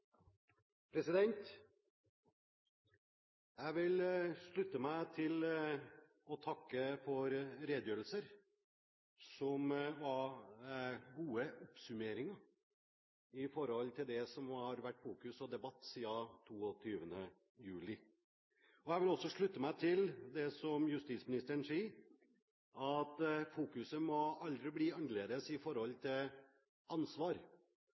Jeg vil slutte meg til her og takke for redegjørelser, som var gode oppsummeringer av det som har vært fokus og debatt siden 22. juli. Jeg vil også slutte meg til det som justisministeren sier, at fokuset aldri må bli annerledes når det gjelder ansvar.